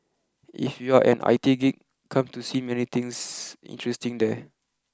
if you are an I T geek come to see many things interesting there